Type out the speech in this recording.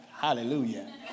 Hallelujah